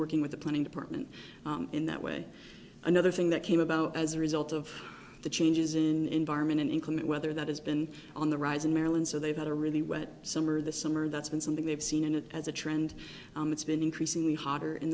working with the planning department in that way another thing that came about as a result of the changes in our men and inclement weather that has been on the rise in maryland so they've had a really wet summer this summer that's been something they've seen and as a trend it's been increasingly harder in